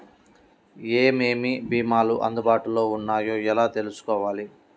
ఏమేమి భీమాలు అందుబాటులో వున్నాయో ఎలా తెలుసుకోవాలి?